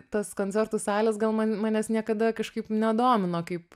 tas koncertų salės gal man manęs niekada kažkaip nedomino kaip